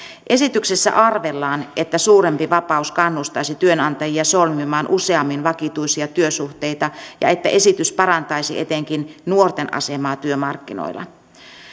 esityksessä arvellaan että suurempi vapaus kannustaisi työnantajia solmimaan useammin vakituisia työsuhteita ja että esitys parantaisi etenkin nuorten asemaa työmarkkinoilla